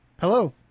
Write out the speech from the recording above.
Hello